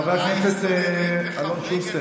חבר הכנסת אלון שוסטר.